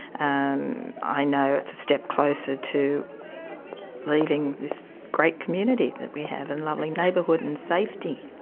and i know it's a step closer to leaving this great community that we have and lovely neighbourhood and safety.